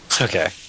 Okay